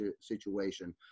situation